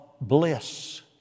bliss